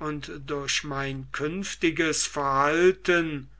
und durch mein künftiges verhalten